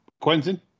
Quentin